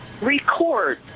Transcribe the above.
record